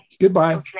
goodbye